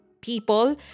people